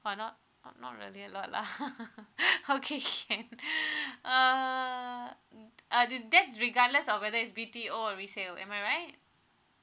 !wah! not not not really a lot lah okay can uh mm uh t~ that is regardless of whether is B_T_O or resale am I right